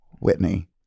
Whitney